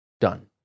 done